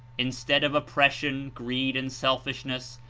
instead of oppression, greed and selfishness,